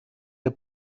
der